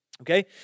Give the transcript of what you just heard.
Okay